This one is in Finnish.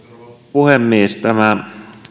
puhemies tämä